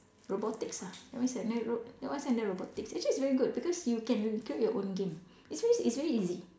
robotics ah that means that's under rob~ that one is under robotics actually it's very good because you can create your own game it's very it's very easy